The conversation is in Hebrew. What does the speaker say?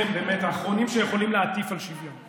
אתם באמת האחרונים שיכולים להטיף על שוויון,